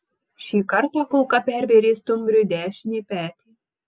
šį kartą kulka pervėrė stumbriui dešinį petį